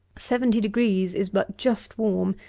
seventy degrees is but just warm,